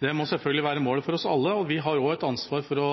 det må selvfølgelig være målet for oss alle, og vi har også et ansvar for å